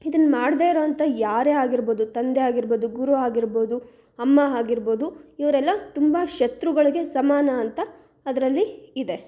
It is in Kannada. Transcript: ಇದನ್ನು ಮಾಡದೇ ಇರುವಂತ ಯಾರೇ ಆಗಿರ್ಬೋದು ತಂದೆ ಆಗಿರ್ಬೋದು ಗುರು ಆಗಿರ್ಬೋದು ಅಮ್ಮ ಆಗಿರ್ಬೋದು ಇವರೆಲ್ಲ ತುಂಬ ಶತ್ರುಗಳಿಗೆ ಸಮಾನ ಅಂತ ಅದರಲ್ಲಿ ಇದೆ